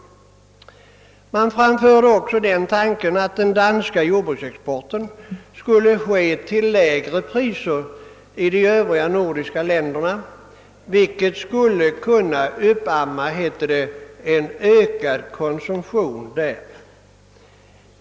Vidare framfördes tanken att den danska jordbruksexporten skulle ske till lägre priser i de övriga nordiska länderna, vilket enligt rapporten skulle kunna uppamma en ökad konsumtion där.